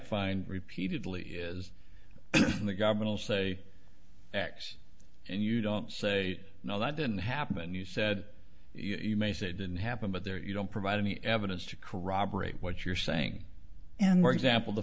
find repeatedly is when the government will say x and you don't say no that didn't happen you said you may say didn't happen but there you don't provide any evidence to corroborate what you're saying and where example the